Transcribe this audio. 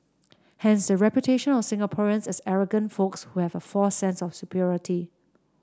hence the reputation of Singaporeans as arrogant folks who have a false sense of superiority